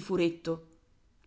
furetto